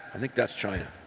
i think that's china.